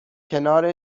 کنار